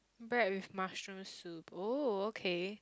bread with mushroom soup oh okay